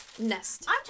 Nest